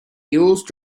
used